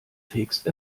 fegst